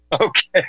Okay